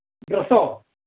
ഡ്രസ്സോ